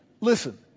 Listen